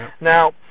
Now